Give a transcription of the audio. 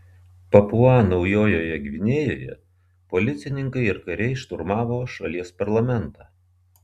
papua naujojoje gvinėjoje policininkai ir kariai šturmavo šalies parlamentą